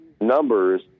numbers